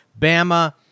Bama